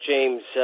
James